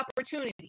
opportunities